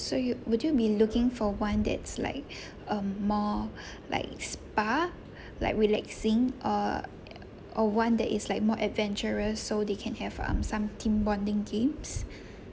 so you would you be looking for one that's like um more like spa like relaxing or or one that is like more adventurous so they can have um some team bonding games